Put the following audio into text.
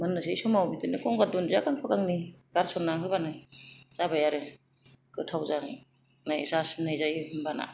मोननोसै समाव गंगार दुनदिया गांफा गांनै गारसनना होबानो जाबाय आरो गोथाव जासिननाय जायो होमबाना